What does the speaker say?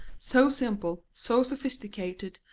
so simple, so sophisticated,